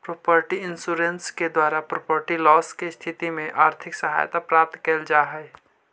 property insurance के द्वारा property loss के स्थिति में आर्थिक सहायता प्राप्त कैल जा हई